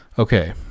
Okay